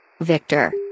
Victor